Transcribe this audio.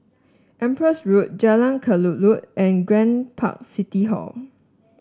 Empress Road Jalan Kelulut and Grand Park City Hall